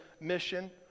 mission